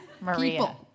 Maria